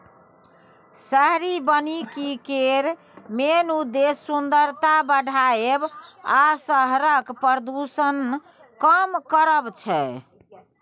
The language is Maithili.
शहरी बनिकी केर मेन उद्देश्य सुंदरता बढ़ाएब आ शहरक प्रदुषण कम करब छै